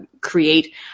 create